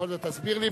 בכל זאת תסביר לי,